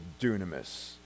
dunamis